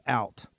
out